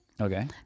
Okay